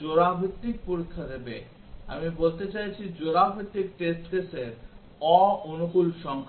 জোড়া ভিত্তিক পরীক্ষা দেবে আমি বলতে চাইছি জোড়া ভিত্তিক টেস্ট কেসের অ অনুকূল সংখ্যা